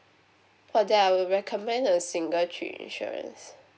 well then I will recommend a single trip insurance